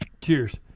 cheers